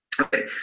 Okay